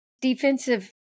defensive